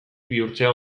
bihurtzea